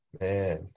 Man